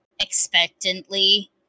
expectantly